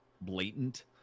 blatant